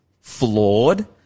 flawed